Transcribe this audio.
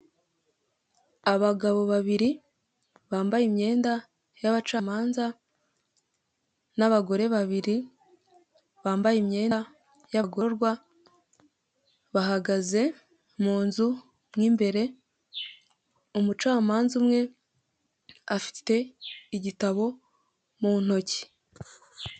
Abagabo babiri bambaye imyenda y abacamanza nabagore babiri bambaye imyenda yabzgororwa bahagaze mu nzu mu imbere umucamanza umwe afite igitabo mu ntoki.